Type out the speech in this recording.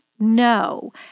no